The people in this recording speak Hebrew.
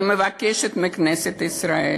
אני מבקשת מכנסת ישראל,